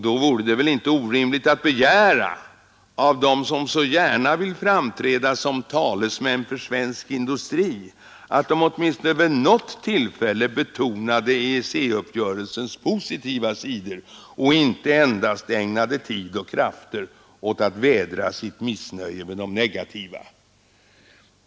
Då vore det väl inte orimligt att begära av dem som så gärna vill framträda som talesmän för svensk industri att de åtminstone vid något tillfälle betonade EEC-uppgörelsens positiva sidor och inte endast ägnade tid och krafter åt att vädra sitt missnöje över det negativa.